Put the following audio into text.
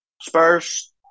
Spurs